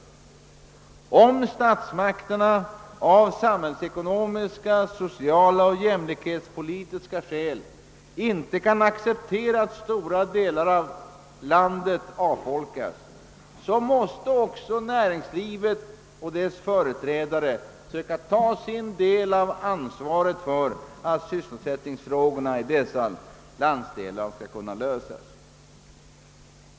Om statsmakterna av samhällsekonomiska, sociala och jämlikhetspolitiska skäl inte kan acceptera att stora delar av landet avfolkas, måste också näringslivet och dess företrädare söka ta sin del av ansvaret för att = sysselsättningsfrågorna i dessa landsdelar skall kunna lösas.